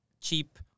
cheap